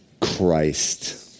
Christ